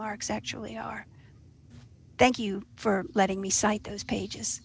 marks actually are thank you for letting me cite those pages